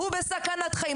הוא בסכנת חיים.